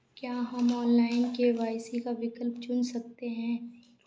क्या हम online KYC का विकल्प चुन सकते हैं?